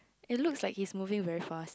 it looks like he's moving very fast